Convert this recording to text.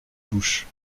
bouche